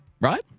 Right